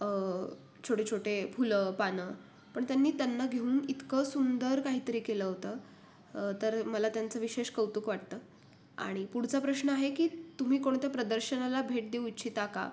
छोटेछोटे फुलंपानं पण त्यांनी त्यांना घेऊन इतकं सुंदर काहीतरी केलं होतं तर मला त्यांचं विशेष कौतुक वाटतं आणि पुढचा प्रश्न आहे की तुम्ही कोणत्या प्रदर्शनाला भेट देऊ इच्छिता का